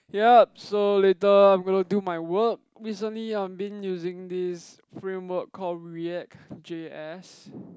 yup so later I'm gonna do my work recently I'm been using this framework called react-j_s